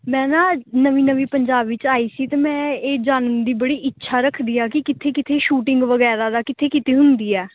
ਮੈਂ ਨਾ ਨਵੀਂ ਨਵੀਂ ਪੰਜਾਬ ਵਿੱਚ ਆਈ ਸੀ ਅਤੇ ਮੈਂ ਇਹ ਜਾਣਨ ਦੀ ਬੜੀ ਇੱਛਾ ਰੱਖਦੀ ਆ ਕਿ ਕਿੱਥੇ ਕਿੱਥੇ ਸ਼ੂਟਿੰਗ ਵਗੈਰਾ ਦਾ ਕਿੱਥੇ ਕਿੱਥੇ ਹੁੰਦੀ ਆ